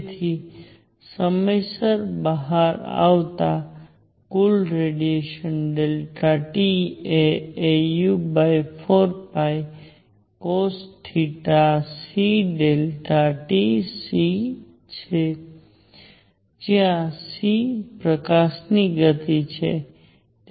તેથી સમયસર બહાર આવતા કુલ રેડીએશન t એ au4cosθcΔt c છે જ્યાં c પ્રકાશની ગતિ છે